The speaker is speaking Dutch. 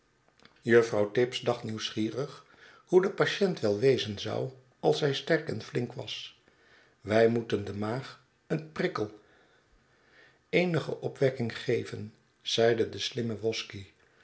juffrouw tibbs dacht nieuwsgierig hoe de patient wel wezen zou als zij sterk en flink was we moeten de maag een prikkel eenige opwekking geven zeide de slimme wosky